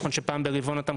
נכון שפעם ברבעון אתה מקבל,